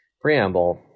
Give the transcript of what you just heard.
preamble